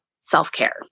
self-care